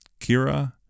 Kira